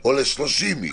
או ל-30 איש.